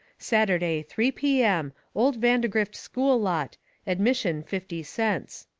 saturday, three p. m. old vandegrift school lot admission fifty cents